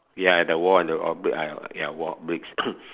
ya the wall and the ya wall bricks